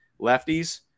lefties